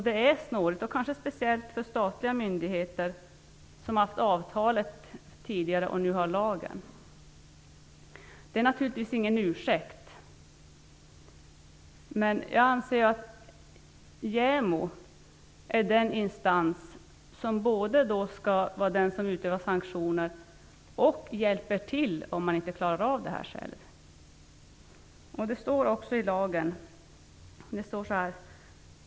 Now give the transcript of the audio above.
Det är snårigt, och kanske speciellt för statliga myndigheter, som tidigare har haft avtal men nu har att följa lagen. Men det är naturligtvis inte någon ursäkt. JämO är den instans som både skall utöva sanktioner och hjälpa till om man inte klarar av det själv.